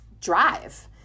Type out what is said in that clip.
drive